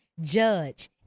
judge